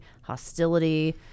hostility